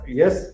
yes